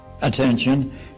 attention